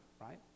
right